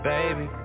Baby